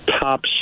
top